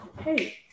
hey